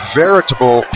veritable